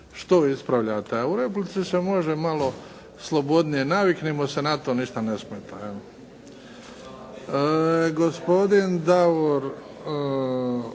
što ispravljate, a u replici se može malo slobodnije. Naviknimo se na to, ništa ne smeta